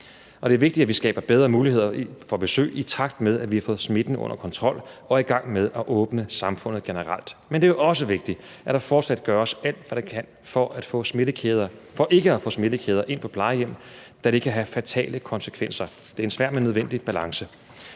det er vigtigt, at vi skaber bedre muligheder for besøg, i takt med at vi har fået smitten under kontrol og er i gang med at åbne samfundet generelt. Men det er også vigtigt, at der fortsat gøres alt, hvad der kan, for ikke at få smittekæder ind på plejehjem, da det kan have fatale tendenser. Det er en svær, men nødvendig balance.